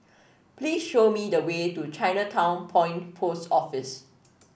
please show me the way to Chinatown Point Post Office